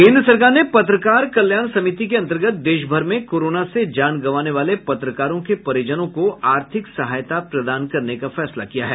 केन्द्र सरकार ने पत्रकार कल्याण समिति के अंतर्गत देश भर में कोरोना से जान गंवाने वाले पत्रकारों के परिजनों को आर्थिक सहायता प्रदान करने का फैसला किया है